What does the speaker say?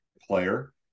player